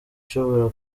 ishobora